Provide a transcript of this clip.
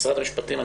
משרד המשפטים,